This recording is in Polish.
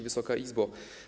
Wysoka Izbo!